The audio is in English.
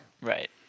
Right